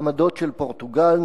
העמדות של פורטוגל,